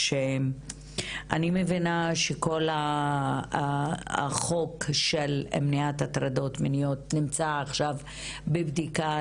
שאני מבינה שכל החוק של מניעת הטרדות מיניות נמצא עכשיו בבדיקה